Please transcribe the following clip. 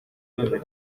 lágrimas